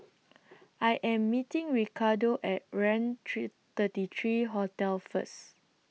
I Am meeting Ricardo At Raintr thirty three Hotel First